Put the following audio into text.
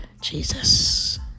Jesus